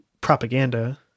propaganda